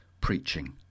preaching